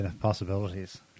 possibilities